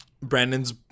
brandon's